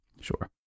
Sure